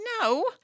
no